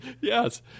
Yes